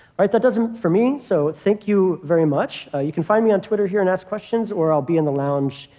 right, that does it for me. so thank you very much. you can find me on twitter here and ask questions. or i'll be in the lounge,